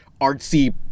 artsy